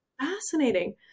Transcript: fascinating